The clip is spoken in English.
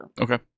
Okay